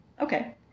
Okay